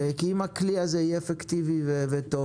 כי אם הכלי הזה יהיה אפקטיבי וטוב,